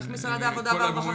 איך משרד העבודה?